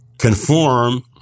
Conform